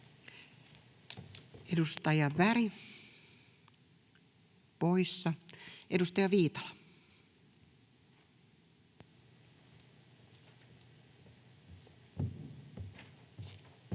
Edustaja Berg poissa. — Edustaja Viitala. Arvoisa